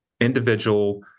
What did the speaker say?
individual